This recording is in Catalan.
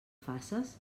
faces